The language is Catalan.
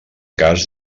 cas